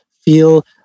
Feel